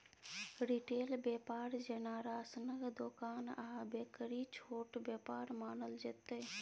retail बेपार जेना राशनक दोकान आ बेकरी छोट बेपार मानल जेतै